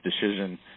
decision